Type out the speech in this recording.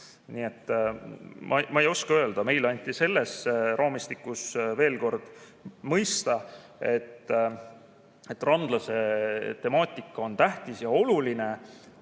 ma ei oska öelda. Meile anti selles raamistikus veel kord mõista, et randlase temaatika on tähtis ja oluline,